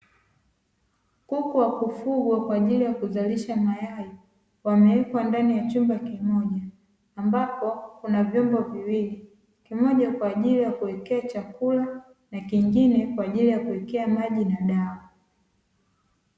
Kuku wakufugwa kwa ajili ya kuzalisha mayai wamewekwa ndani ya chumba kimoja, ambapo kuna vyombo viwili kimoja kwa ajili ya kuwekea chakula na kingine kwa ajili ya kuwekea maji na dawa.